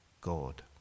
God